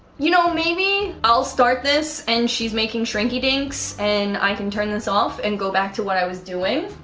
you know, maybe i'll start this and she's making shrinky dinks and i can turn this off and go back to what i was doing